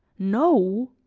no!